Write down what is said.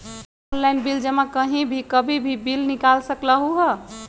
Online bill जमा कहीं भी कभी भी बिल निकाल सकलहु ह?